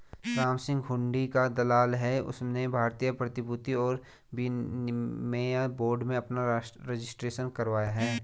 रामसिंह हुंडी का दलाल है उसने भारतीय प्रतिभूति और विनिमय बोर्ड में अपना रजिस्ट्रेशन करवाया है